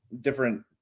different